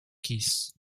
keys